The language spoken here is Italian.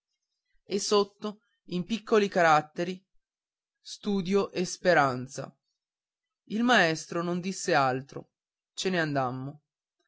anni e sotto in piccoli caratteri studio e speranza il maestro non disse altro ce n'andammo